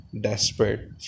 desperate